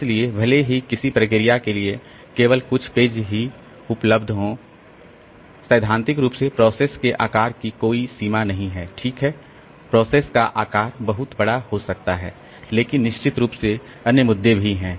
इसलिए भले ही किसी प्रक्रिया के लिए केवल कुछ ही पेज उपलब्ध हों सैद्धांतिक रूप से प्रोसेस के आकार की कोई सीमा नहीं है ठीक है प्रोसेस का आकार बहुत बड़ा हो सकता है लेकिन निश्चित रूप से अन्य मुद्दे भी हैं